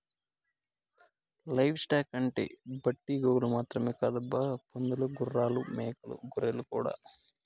live stock అంటే ఒట్టి గోవులు మాత్రమే కాదబ్బా పందులు గుర్రాలు మేకలు గొర్రెలు కూడా